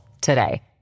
today